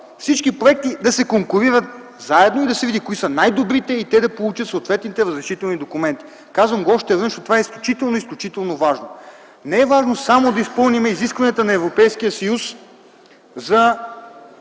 всички проекти да се конкурират, да се види кои са най-добрите и те да получат съответните разрешителни документи. Казвам го още веднъж, защото това е изключително, изключително важно. Не е важно само да изпълним изискванията на Европейския съюз за